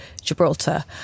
Gibraltar